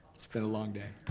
it's been a long day,